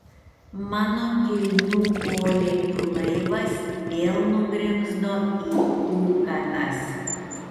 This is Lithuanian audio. mano kilnių polėkių laivas vėl nugrimzdo į ūkanas